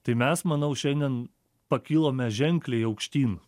tai mes manau šiandien pakilome ženkliai aukštyn